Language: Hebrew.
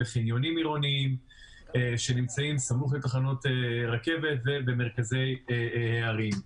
בחניונים עירוניים שנמצאים סמוך לתחנות רכבת ובמרכזי הערים.